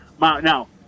Now